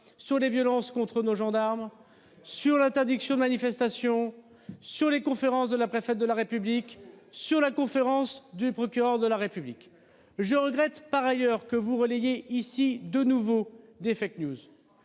Sur les violences contre nos gendarmes sur l'interdiction de manifestation sur les conférences de la préfète de la République sur la conférence du procureur de la République je regrette par ailleurs que vous relayez ici de nouveaux défectueuse.